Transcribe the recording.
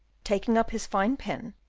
taking up his fine pen,